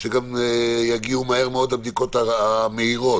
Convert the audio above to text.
שגם יגיעו מהר מאוד הבדיקות המהירות,